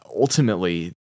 ultimately